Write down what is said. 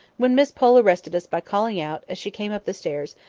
when miss pole arrested us by calling out, as she came up the stairs,